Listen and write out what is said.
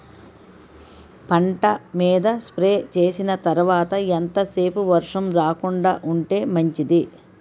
పంట మీద స్ప్రే చేసిన తర్వాత ఎంత సేపు వర్షం రాకుండ ఉంటే మంచిది?